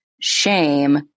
shame